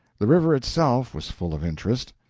the river itself was full of interest.